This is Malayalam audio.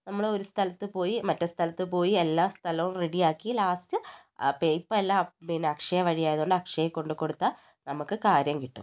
നമ്മൾ ഒരു സ്ഥലത്ത് പോയി മറ്റ് സ്ഥലത്ത് പോയി എല്ലാ സ്ഥലവും റെഡിയാക്കി ലാസ്റ്റ് പേപ്പർ എല്ലാം പിന്നെ അക്ഷയ വഴി ആയത്കൊണ്ട് അക്ഷയയിൽ കൊണ്ട് കൊടുത്താൽ നമുക്ക് കാര്യം കിട്ടും